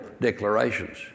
declarations